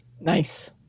Nice